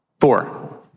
Four